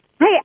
Hey